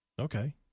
Okay